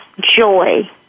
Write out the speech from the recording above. joy